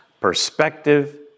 perspective